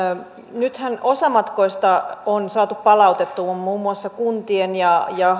nythän osa noista matkoista on saatu palautettua muun muun muassa kuntien ja ja